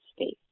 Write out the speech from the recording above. space